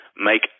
make